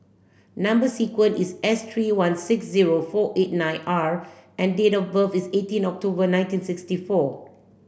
number sequence is S three one six zero four eight nine R and date of birth is eighteen October nineteen sixty four